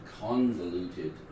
convoluted